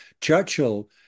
Churchill